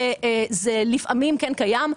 לפעמים זה קיים,